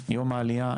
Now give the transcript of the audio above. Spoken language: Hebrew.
יום העלייה,